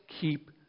keep